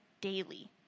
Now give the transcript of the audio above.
daily